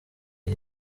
iyi